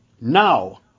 now